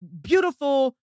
beautiful